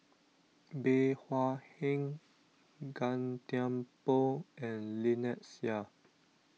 Bey Hua Heng Gan Thiam Poh and Lynnette Seah